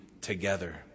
together